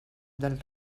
del